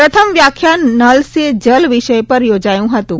પ્રથમ વ્યાખ્યાન નલ સે જલ વિષય પર યોજાયું હતું